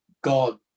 God